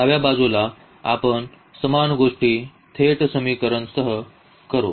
डाव्या बाजूला आपण समान गोष्टी थेट समीकरणासह करू